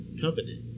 covenant